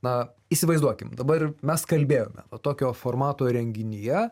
na įsivaizduokim dabar mes kalbėjome to tokio formato renginyje